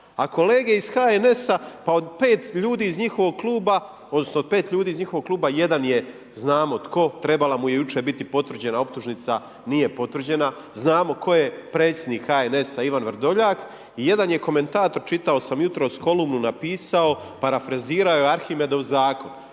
kluba, odnosno od 5 ljudi iz njihovog kluba, jedan je, znamo tko, trebala mu je jučer biti potvrđena optužnica, nije potvrđena. Znamo tko je predsjednik HNS-a, Ivan Vrdoljak. Jedan je komentator, čitao sama jutros kolumnu napisao, parafrazirao je arhimedov zakon.